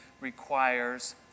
requires